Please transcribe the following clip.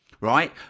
right